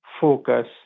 focus